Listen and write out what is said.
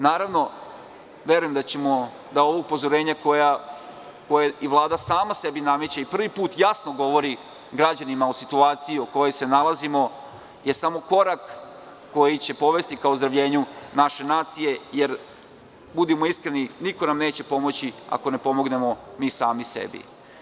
Naravno, verujem da ćemo ova upozorenja koja i Vlada sama sebi nameće, prvi put jasno govori građanima o situaciji u kojoj se nalazimo, je samo korak koji će povesti ka ozdravljenju naše nacije jer, budimo iskreni, niko nam neće pomoći ako ne pomognemo mi sami sebi.